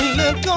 look